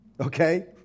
okay